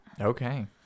Okay